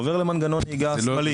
עובר למנגנון נהיגה שמאלי.